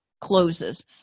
closes